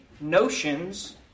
notions